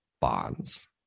bonds